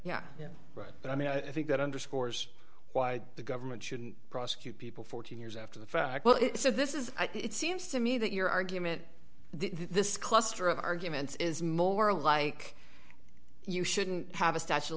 ten yeah yeah but i mean i think that underscores why the government shouldn't prosecute people fourteen years after the fact well it's so this is it seems to me that your argument this cluster of arguments is more like you shouldn't have a statue